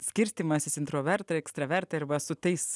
skirstymasis introvertai ekstravertai arba su tais